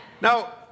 Now